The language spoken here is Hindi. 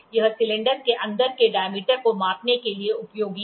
यह सिलेंडर के अंदर के डायमीटर को मापने के लिए उपयोगी है